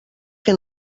que